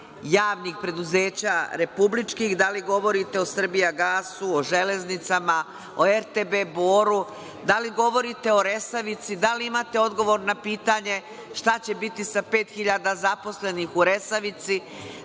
javnih preduzeća republičkih? Da li govorite o „Srbijagasu“, „Železnicama“, o RTB Boru, da li govorite o „Resavici“? Da li imate odgovor na pitanje – šta će biti sa 5.000 zaposlenih u „Resavici“?